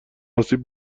آسیب